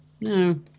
no